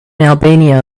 albania